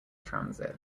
transit